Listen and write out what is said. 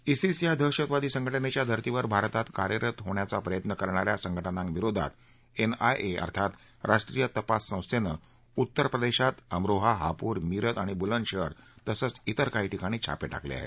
ISIS या दहशतवादी संघटनेच्या धर्तीवर भारतात कार्यरत होण्याचा प्रयत्न करणा या संघटना विरोधात एनआयए अर्थात राष्ट्रीय तपास संस्थेने उत्तर प्रदेशात अमरोहा हापूर मीरत आणि बुलंदशहर तसंच इतर काही ठिकाणी छापे टाकले आहेत